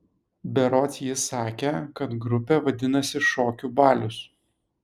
berods ji sakė kad grupė vadinasi šokių balius